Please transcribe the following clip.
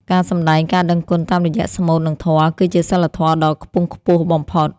ការសម្ដែងការដឹងគុណតាមរយៈស្មូត និងធម៌ គឺជាសីលធម៌ដ៏ខ្ពង់ខ្ពស់បំផុត។